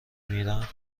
میرم